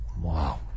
Wow